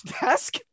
desk